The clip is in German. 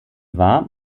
war